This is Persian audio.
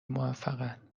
موفقن